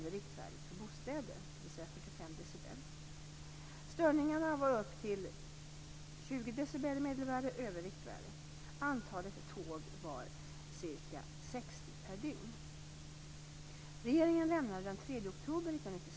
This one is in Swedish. Det innebär att störningarna ligger som högst 5 dB över riktvärdet.